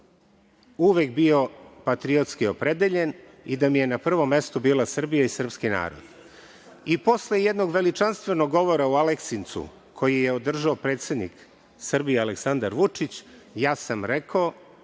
uvek bio patriotski opredeljen i da mi je na prvom mestu bila Srbija i srpski narod. I posle jednog veličanstvenog govora u Aleksincu, koji je održao predsednik Srbije Aleksandar Vučić, ja sam rekao